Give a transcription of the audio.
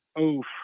Oof